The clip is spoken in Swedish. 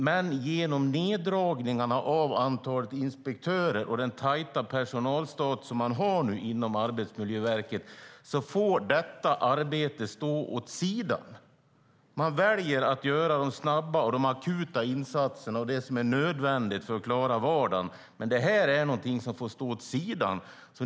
Men på grund av neddragningarna av antalet inspektörer och den tajta personalstab som man nu har på Arbetsmiljöverket får detta arbete stå åt sidan. Man väljer att göra de snabba och de akuta insatserna och det som är nödvändigt för att klara vardagen medan det här får stå åt sidan.